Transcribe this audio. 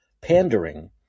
pandering